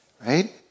right